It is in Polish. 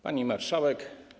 Pani Marszałek!